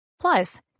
Plus